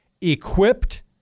equipped